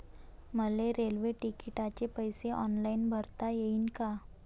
मले रेल्वे तिकिटाचे पैसे ऑनलाईन भरता येईन का?